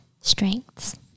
strengths